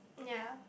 ya